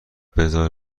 بزار